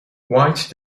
white